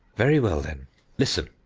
very well then listen!